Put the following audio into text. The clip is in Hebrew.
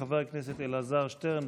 חבר הכנסת אלעזר שטרן,